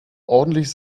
ordentlich